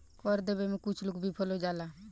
कर देबे में कुछ लोग विफल हो जालन